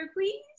please